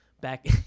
Back